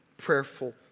prayerful